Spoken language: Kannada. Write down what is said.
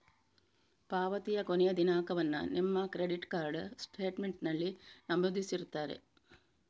ಪಾವತಿಯ ಕೊನೆಯ ದಿನಾಂಕವನ್ನ ನಿಮ್ಮ ಕ್ರೆಡಿಟ್ ಕಾರ್ಡ್ ಸ್ಟೇಟ್ಮೆಂಟಿನಲ್ಲಿ ನಮೂದಿಸಿರ್ತಾರೆ